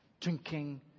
Drinking